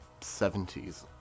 70s